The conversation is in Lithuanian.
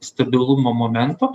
stabilumo momento